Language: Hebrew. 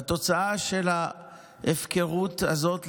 והתוצאה של ההפקרות הזאת,